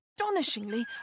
Astonishingly